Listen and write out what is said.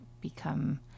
become